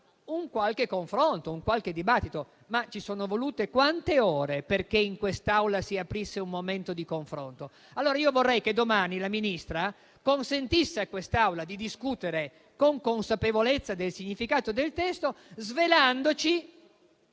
un qualche confronto, un qualche dibattito. Quante ore ci sono volute però perché in quest'Aula si aprisse un momento di confronto? Vorrei allora che domani la Ministra consentisse a quest'Aula di discutere con consapevolezza del significato del testo svelandoci